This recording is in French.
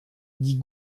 dit